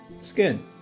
Skin